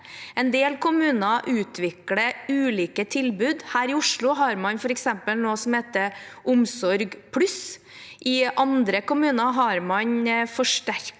En del kommuner utvikler ulike tilbud. Her i Oslo har man f.eks. noe som heter Omsorg+. I andre kommuner har man forsterkede